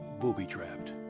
booby-trapped